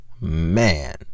man